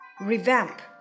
revamp